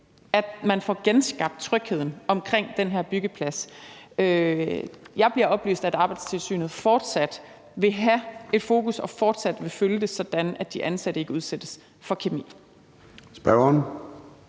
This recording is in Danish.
at man får genskabt trygheden omkring den her byggeplads. Jeg bliver oplyst, at Arbejdstilsynet fortsat vil have et fokus her og fortsat vil følge det, sådan at de ansatte ikke udsættes for kemi.